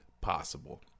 possible